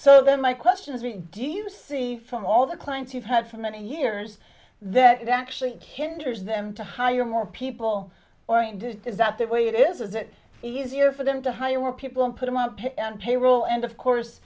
so then my question is do you see from all the clients you've had for many years that it actually hinders them to hire more people or is that the way it is is it easier for them to hire more people and put them up on payroll and of course